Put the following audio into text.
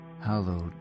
hallowed